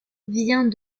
vient